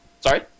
Sorry